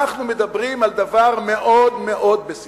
אנחנו מדברים על דבר מאוד מאוד בסיסי: